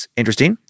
interesting